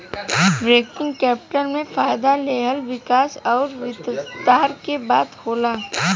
working capital में फ़ायदा लेहल विकास अउर विस्तार के बात होला